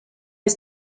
les